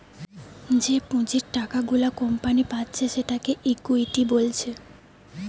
যে পুঁজির টাকা গুলা কোম্পানি পাচ্ছে সেটাকে ইকুইটি বলছে